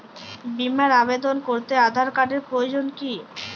বিমার আবেদন করতে আধার কার্ডের প্রয়োজন কি?